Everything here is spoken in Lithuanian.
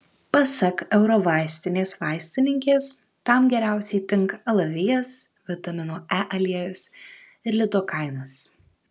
pasak eurovaistinės vaistininkės tam geriausiai tinka alavijas vitamino e aliejus ir lidokainas